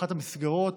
אחת המסגרות